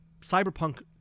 Cyberpunk